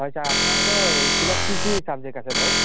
হয় ছাৰ আপোনালোকৰ স্কুলত কি কি ছাবজেক্ট আছে বাৰু